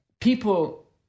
People